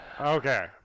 Okay